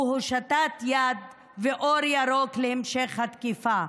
הוא הושטת יד ואור ירוק להמשך התקיפה.